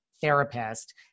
therapist